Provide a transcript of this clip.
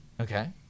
Okay